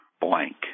blank